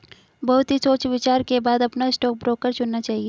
बहुत ही सोच विचार के बाद अपना स्टॉक ब्रोकर चुनना चाहिए